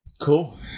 Cool